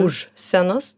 už scenos